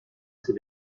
ses